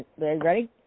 ready